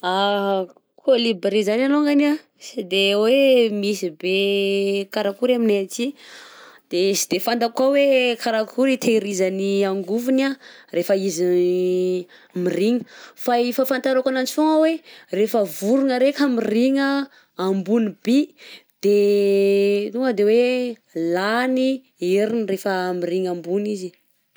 Kaolibria zany alongany a tsy de hoe misy be karakory amineh aty de tsy de fantako koà hoe karakory hitehirizany angovony a rehefa izy mirigna fa fafantarako ananjy fogna hoe rehefa vorogna reka mirigna ambony by de tonga de hoe lany heriny rehefa mirigna ambony izy.